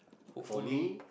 hopefully